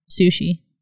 sushi